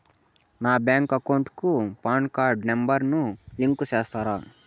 నా bank account కు PAN card number ను లింకు సేస్తారా?